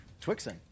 Twixen